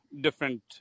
different